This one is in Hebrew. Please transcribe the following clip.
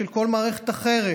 ושל כל מערכת אחרת,